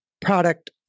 product